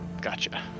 Gotcha